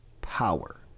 power